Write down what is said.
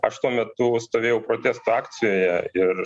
aš tuo metu stovėjau protesto akcijoje ir